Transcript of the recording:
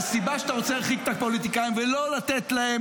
והסיבה שאתה רוצה להרחיק את הפוליטיקאים ולא לתת להם